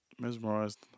mesmerized